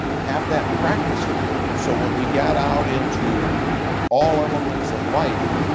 have that practice field so when we got out into all elements of life,